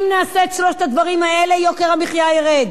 אם נעשה את שלושת הדברים האלה, יוקר המחיה ירד.